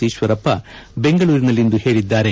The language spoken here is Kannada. ಈಶ್ವರಪ್ಪ ಬೆಂಗಳೂರಿನಲ್ಲಿಂದು ಹೇಳಿದ್ದಾರೆ